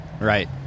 Right